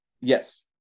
yes